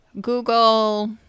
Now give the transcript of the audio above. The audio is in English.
Google